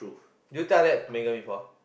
did you tell that Megan before